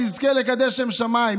שיזכה לקדש שם שמיים.